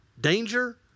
danger